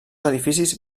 edificis